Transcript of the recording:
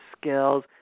skills